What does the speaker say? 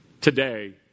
today